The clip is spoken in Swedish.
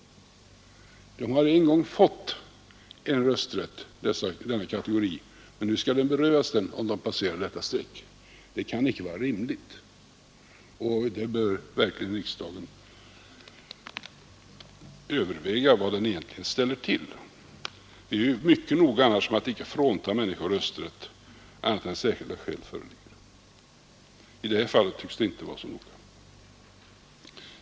Denna kategori medborgare har en gång haft rösträtt, men de berövas den om de passerar detta streck. Det kan icke vara rimligt, och riksdagen bör överväga vad den egentligen ställer till med. Vi är annars mycket noga med att icke frånta människor rösträtt annat än när särskilda skäl föreligger. I det här fallet tycks det inte vara så noga.